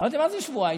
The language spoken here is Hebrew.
אמרתי: מה זה שבועיים?